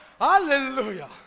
Hallelujah